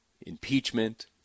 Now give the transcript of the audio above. impeachment